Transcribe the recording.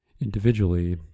individually